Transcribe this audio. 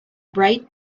bright